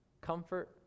comfort